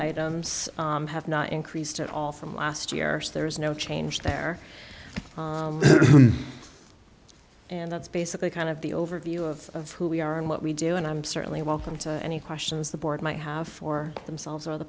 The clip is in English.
items have not increased at all from last year so there is no change there and that's basically kind of the overview of who we are and what we do and i'm certainly welcome to any questions the board might have for themselves or the